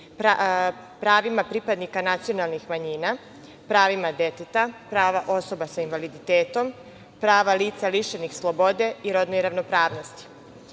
pravima pripadnika nacionalnih manjina, pravima deteta, prava osoba sa invaliditetom, prava lica lišenih slobode i rodnoj ravnopravnosti. Rešenje